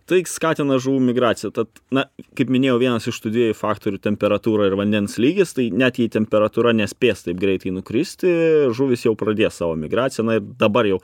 tai skatina žuvų migraciją tad na kaip minėjau vienas iš tų dviejų faktorių temperatūra ir vandens lygis tai net jei temperatūra nespės taip greitai nukristi žuvys jau pradės savo migraciją na dabar jau